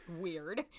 weird